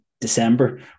December